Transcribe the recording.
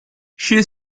she